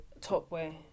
Topway